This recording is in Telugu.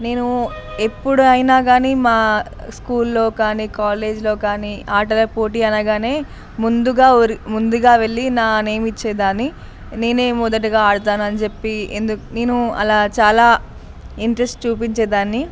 నేను ఎప్పుడైనా కాని మా స్కూల్లో కానీ కాలేజ్లో కానీ ఆటల పోటీ అనగానే ముందుగా ముందుగా వెళ్ళి నా నేమ్ ఇచ్చేదాన్ని నేనే మొదటిగా ఆడతానని చెప్పి ఎందుకు నేను అలా చాలా ఇంట్రెస్ట్ చూపించే దాన్ని